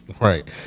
Right